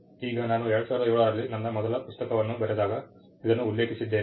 ಈಗ ನಾನು 2007 ರಲ್ಲಿ ನನ್ನ ಮೊದಲ ಪುಸ್ತಕವನ್ನು ಬರೆದಾಗ ಇದನ್ನು ಉಲ್ಲೇಖಿಸಿದ್ದೇನೆ